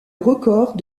record